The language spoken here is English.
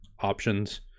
options